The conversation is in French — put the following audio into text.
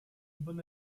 bon